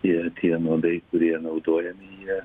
tie tie nuodai kurie naudojami jie